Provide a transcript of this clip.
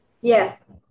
Yes